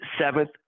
Seventh